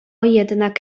jednak